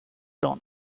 dawn